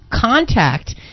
contact